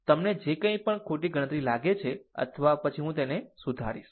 તમને જે કંઇ પણ ખોટી ગણતરી લાગે છે અથવા પછી હું તેને સુધારીશ